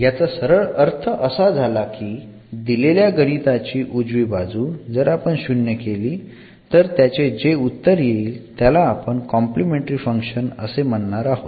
याचा सरळ अर्थ असा झाला की की दिलेल्या गणिताची उजवी बाजू जर आपण शून्य केली तर त्याचे जे ऊत्तर येईल त्याला आपण कॉम्प्लिमेंटरी फंक्शन असे म्हणणार आहोत